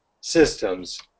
systems